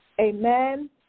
amen